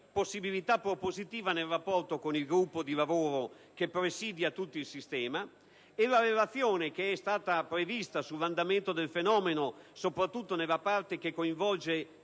possibilità propositiva nel rapporto con il gruppo di lavoro che presidia l'intero sistema, e la relazione sull'andamento del fenomeno, soprattutto nella parte che coinvolge